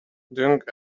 doing